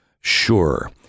Sure